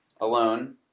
alone